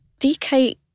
dk